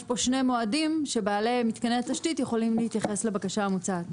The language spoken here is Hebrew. יש פה שני מועדים שבעלי מתקני התשתית יכולים להתייחס לבקשה המוצעת,